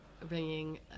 bringing